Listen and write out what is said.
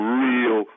real